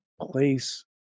place